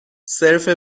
صرف